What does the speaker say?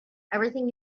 everything